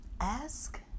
ask